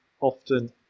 often